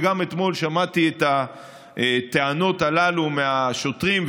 וגם אתמול שמעתי את הטענות הללו מהשוטרים,